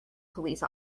police